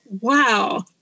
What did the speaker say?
Wow